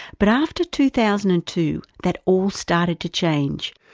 but after two thousand and two that all started to change.